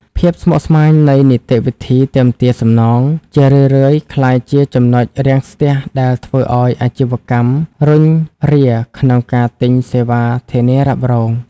ភាពស្មុគស្មាញនៃនីតិវិធីទាមទារសំណង ជារឿយៗក្លាយជាចំណុចរាំងស្ទះដែលធ្វើឱ្យម្ចាស់អាជីវកម្មរុញរាក្នុងការទិញសេវាធានារ៉ាប់រង។